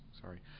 sorry